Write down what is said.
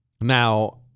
Now